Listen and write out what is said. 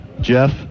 Jeff